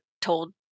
told